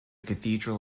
cathedral